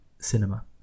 cinema